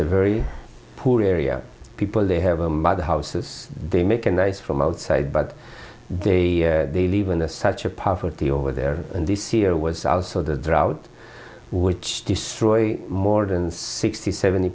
a very poor area people they have them by the houses they make a noise from outside but they believe in a such a poverty over there and this year was also the drought which destroy more than sixty seventy